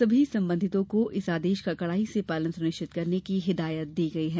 सभी संबंधितों को इस आदेश का कड़ाई से पालन सुनिश्चित करने की हिदायत दी गई है